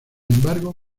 embargo